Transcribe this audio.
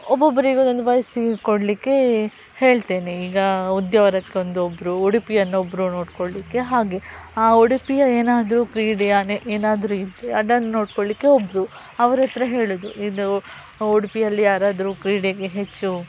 ಒಬ್ಬೊಬ್ಬರಿಗೂ ಅದೊಂದು ವಹಿಸಿಕೊಡ್ಲಿಕ್ಕೆ ಹೇಳ್ತೇನೆ ಈಗ ಉದ್ಯಾವರಕ್ಕೊಂದೊಬ್ರು ಉಡುಪಿಯನ್ನೊಬ್ಬರು ನೋಡಿಕೊಳ್ಲಿಕ್ಕೆ ಹಾಗೆ ಆ ಉಡುಪಿಯ ಏನಾದರು ಕ್ರೀಡೆಯನ್ನು ಏನಾದರು ಇದ್ದರೆ ಅದನ್ನು ನೋಡಿಕೊಳ್ಳಿಕ್ಕೆ ಒಬ್ಬರು ಅವರತ್ರ ಹೇಳೋದು ಇದು ಉಡುಪಿಯಲ್ಲಿ ಯಾರಾದರು ಕ್ರೀಡೆಗೆ ಹೆಚ್ಚು